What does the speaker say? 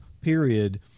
period